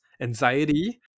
anxiety